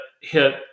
hit